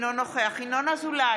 אינו נוכח ינון אזולאי,